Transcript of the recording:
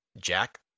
Jack